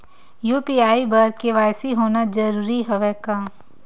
UPI बर KYC होना जरूरी हवय का?